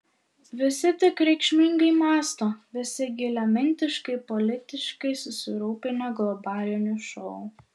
visi tik reikšmingai mąsto visi giliamintiškai politiškai susirūpinę globaliniu šou